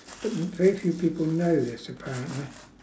but very few people know this apparently